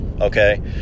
okay